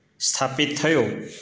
સ્થાપિત થયો